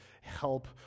help